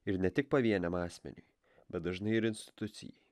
ir ne tik pavieniam asmeniui bet dažnai ir institucijai